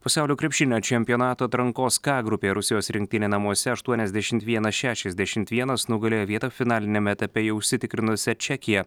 pasaulio krepšinio čempionato atrankos k grupėje rusijos rinktinė namuose aštuoniasdešimt vienas šešiasdešimt vienas nugalėjo vietą finaliniame etape jau užsitikrinusi čekija